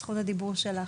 זכות הדיבור שלך.